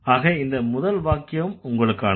ஆகவே இந்த முதல் வாக்கியம் உங்களுக்கானது